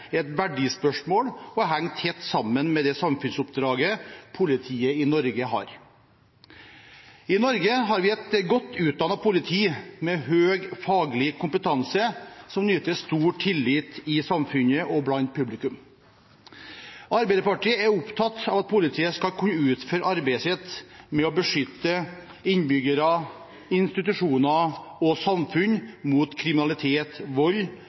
er et verdispørsmål og henger tett sammen med det samfunnsoppdraget politiet i Norge har. I Norge har vi et godt utdannet politi med høy faglig kompetanse som nyter stor tillit i samfunnet og blant publikum. Arbeiderpartiet er opptatt av at politiet skal kunne utføre arbeidet sitt med å beskytte innbyggere, institusjoner og samfunn mot kriminalitet, vold